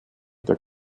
der